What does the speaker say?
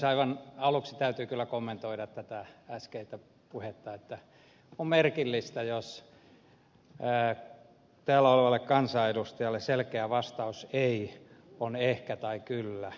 aivan aluksi täytyy kyllä kommentoida äskeistä puhetta että on merkillistä jos täällä olevalle kansanedustajalle selkeä vastaus ei on ehkä tai kyllä